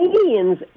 Canadians